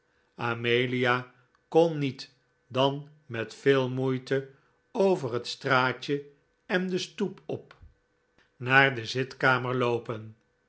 amelia kon niet dan met veel moeite over het straatje en de stoep op naar de zitkamer loopen